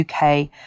UK